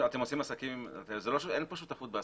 אין פה שותפות בעסקים,